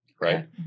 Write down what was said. right